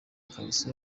ikariso